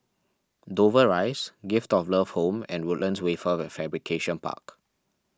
Dover Rise Gift of Love Home and Woodlands Wafer Fabrication Park